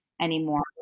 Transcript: anymore